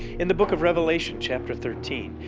in the book of revelation chapter thirteen,